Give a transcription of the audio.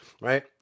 right